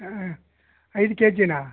ಹ್ಞೂ ಐದು ಕೆ ಜಿನಾ